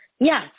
Yes